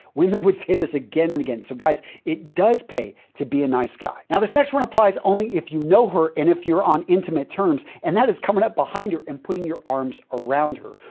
women would say this again and again. so, guys, it does pay to be a nice guy. now, this next one applies only if you know her and if you're on intimate terms. and that is coming up behind her and putting your arms around her.